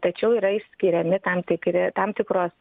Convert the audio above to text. tačiau yra išskiriami tam tikri tam tikros